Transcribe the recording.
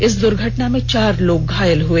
इस दूर्घटना में चार लोग घायल हो गए